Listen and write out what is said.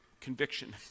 conviction